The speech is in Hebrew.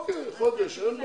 כאן לבדוק?